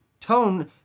tone